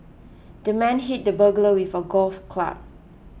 the man hit the burglar with a golf club